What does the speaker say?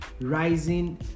rising